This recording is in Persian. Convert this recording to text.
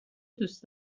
دوست